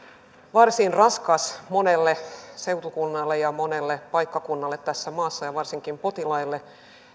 varsin raskas monelle seutukunnalle ja monelle paikkakunnalle tässä maassa ja varsinkin potilaille